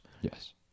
Yes